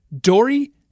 Dory